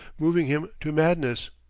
moving him to madness.